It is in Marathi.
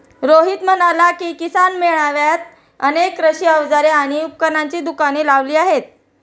रोहित म्हणाला की, किसान मेळ्यात अनेक कृषी अवजारे आणि उपकरणांची दुकाने लावली आहेत